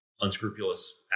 unscrupulous